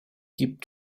keep